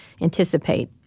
anticipate